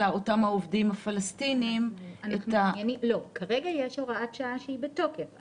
אותם עובדים פלסטינים את --- כרגע יש הוראת שעה בתוקף.